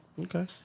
Okay